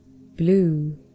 Blue